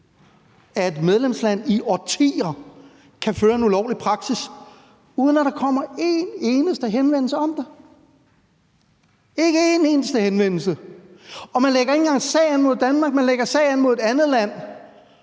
et medlemsland i årtier kan føre en ulovlig praksis, uden at der kommer en eneste henvendelse om det – ikke én eneste henvendelse? Og man lægger ikke engang sag an mod Danmark, man lægger sag an mod et andet land,